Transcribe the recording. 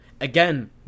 again